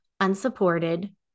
unsupported